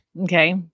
Okay